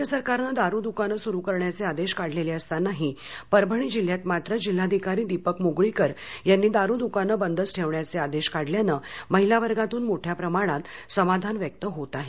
राज्य सरकारने दारू दुकाने सुरु करण्याचे आदेश काढलेले असतांनाही परभणी जिल्ह्यात मात्र जिल्हाधिकारी दिपक मुगळीकर यांनी दारू दुकाने बंदच ठेवण्याचे आदेश काढल्यामुळे महिला वर्गातून मोठ्या प्रमाणात समाधान व्यक्त होत आहे